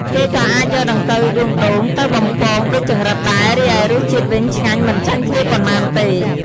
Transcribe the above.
គេក៏អាចយកដង្កូវដួងដូងទៅបំពង ដូចចង្រិតដែរ រីឯរសជាតិវិញឆ្ងាញ់ មិនចាញ់គ្នាប៉ុន្មានទេ។